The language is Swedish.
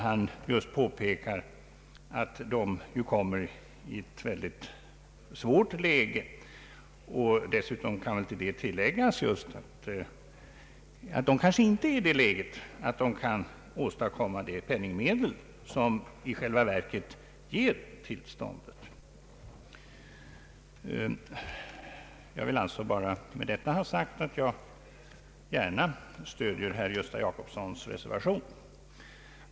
Han har påpekat att de kommer i ett mycket svårt läge. Dessutom kan tilläggas att de kanske inte befinner sig i en sådan situation att de kan åstadkomma de penningmedel som i själva verket ger tillståndet. Jag vill med detta endast ha sagt att jag gärna stöder herr Gösta Jacobssons reservation.